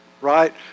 Right